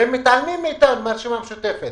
הם מתעלמים מאתנו, מהרשימה המשותפת.